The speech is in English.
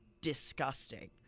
disgusting